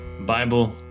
Bible